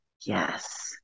Yes